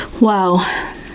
Wow